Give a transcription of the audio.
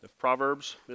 Proverbs